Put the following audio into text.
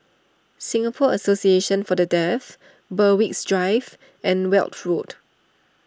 Singapore Association for the Deaf Berwick Drive and Weld Road